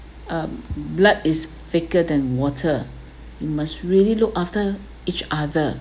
um blood is thicker than water you must really look after each other